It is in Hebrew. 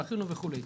תכינו וכו'.